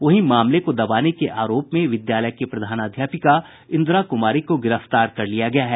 वहीं मामले को दबाने के आरोप में विद्यालय की प्रधानाध्यापिका इंद्रा कुमारी को गिरफ्तार कर लिया गया है